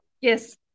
yes